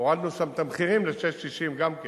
הורדנו שם את המחירים ל-6.60 גם כן.